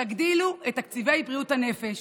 תגדילו את תקציבי בריאות הנפש,